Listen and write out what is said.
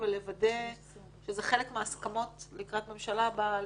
לוודא שזה חלק מההסכמות לקראת הממשלה הבאה,